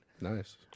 Nice